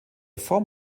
form